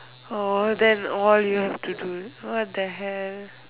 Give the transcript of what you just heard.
oh then all you have to do what the hell